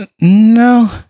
No